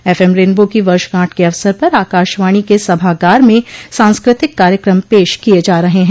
FM rainbow की वर्षगांठ के अवसर पर आकाशवाणी के सभागार में सांस्कृतिक कार्यक्रम पेश किये जा रहे हैं